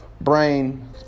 brain